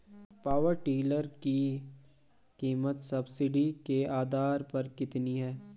Power tiller की कीमत subsidy के आधार पर कितनी है?